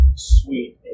sweet